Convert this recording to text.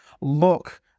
Look